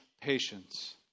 patience